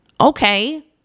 Okay